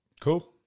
Cool